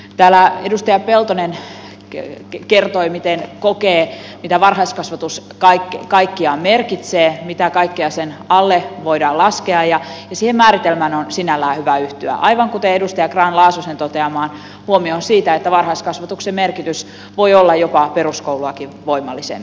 täällä edustaja peltonen kertoi miten kokee mitä varhaiskasvatus kaikkiaan merkitsee mitä kaikkea sen alle voidaan laskea ja siihen määritelmään on sinällään hyvä yhtyä aivan kuten edustaja grahn laasosen toteamaan huomioon siitä että varhaiskasvatuksen merkitys voi olla jopa peruskouluakin voimallisempi